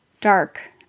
dark